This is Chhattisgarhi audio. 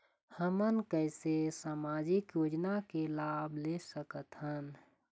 हमन कैसे सामाजिक योजना के लाभ ले सकथन?